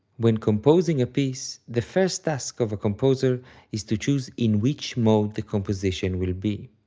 when composing a piece, the first task of a composer is to choose in which mode the composition will be.